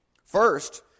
First